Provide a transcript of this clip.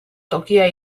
tokia